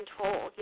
control